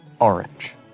orange